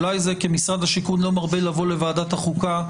אולי זה מכיוון שמשרד השיכון לא מרבה להגיע לוועדת החוקה,